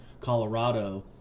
colorado